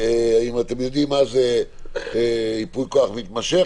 אתם יודעים מה זה ייפוי כוח מתמשך,